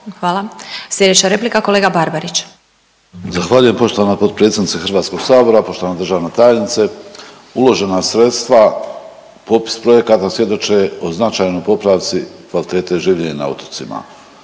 Hvala. Sljedeća replika kolega Barbarić. **Barbarić, Nevenko (HDZ)** Zahvaljujem poštovana potpredsjednice Hrvatskog sabora, poštovana državna tajnice. Uložena sredstva, opis projekata svjedoče o značajnoj popravci kvalitete življenja na otocima.